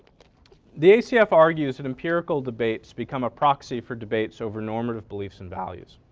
the acf argues that empirical debates become a proxy for debates over normative beliefs and values.